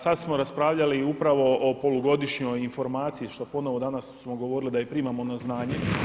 Sad smo raspravljali upravo o polugodišnjoj informaciji što ponovno danas smo govorili da i primamo na znanje.